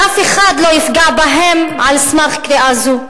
שאף אחד לא יפגע בהם על סמך קריאה זו,